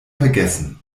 vergessen